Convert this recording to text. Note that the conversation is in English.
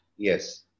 Yes